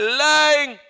lying